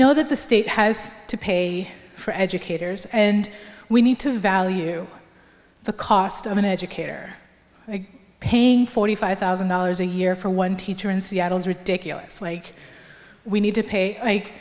know that the state has to pay for educators and we need to value the cost of an educator paying forty five thousand dollars a year for one teacher in seattle is ridiculous like we need to pay